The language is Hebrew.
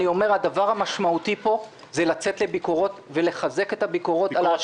הדבר המשמעותי פה הוא לצאת לביקורות ולחזק את הביקורות על ההשקעות.